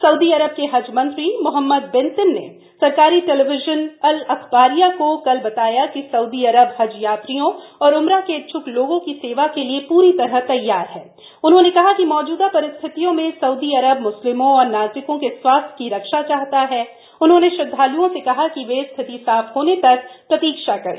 Saudi Arabia के हज मंत्री मोहम्मद बेंतेन ने सरकारी टेलीविजन अल अखबारिया को कल बताया कि सउदी अरब हज यात्रियों और उमरा के इच्छ्क लोगों की सेवा के लिए पूरी तरह तद्वार हण उन्होंने कहा कि मौजूदा परिस्थितियों में सउदी अरब म्स्लिमों और नागरिकों के स्वास्थ्य की रक्षा चाहता हथ उन्होंने श्रद्धाल्ओं से कहा कि वे स्थिति साफ होने तक प्रतीक्षा करें